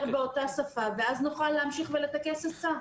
באותה שפה ואז נוכל להמשיך ולטקס עצה.